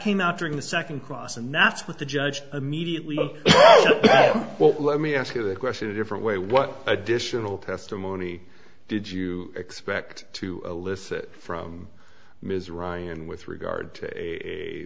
came out during the second cross and that's what the judge immediately well let me ask you that question a different way what additional testimony did you expect to elicit from ms ryan with regard to